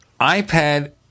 iPad